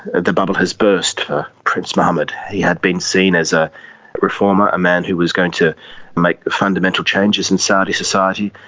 the bubble has burst for prince mohammed. he had been seen as a reformer, a man who was going to make fundamental changes in saudi society,